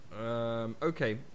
okay